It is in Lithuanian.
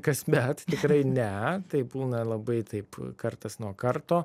kasmet tikrai ne taip būna labai taip kartas nuo karto